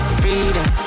freedom